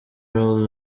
rolls